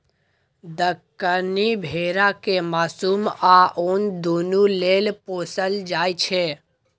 दक्कनी भेरा केँ मासु आ उन दुनु लेल पोसल जाइ छै